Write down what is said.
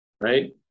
Right